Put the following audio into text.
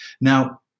Now